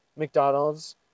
McDonald's